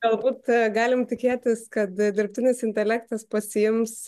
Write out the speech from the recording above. galbūt galim tikėtis kad dirbtinis intelektas pasiims